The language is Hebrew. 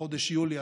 בחודש יולי,